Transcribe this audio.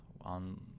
on